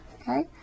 Okay